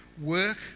work